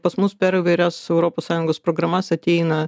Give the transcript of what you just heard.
pas mus per įvairias europos sąjungos programas ateina